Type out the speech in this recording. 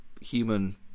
human